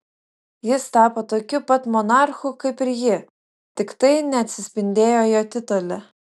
jis tapo tokiu pat monarchu kaip ir ji tik tai neatsispindėjo jo titule